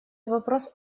вопрос